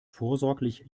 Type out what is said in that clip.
vorsorglich